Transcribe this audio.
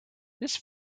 this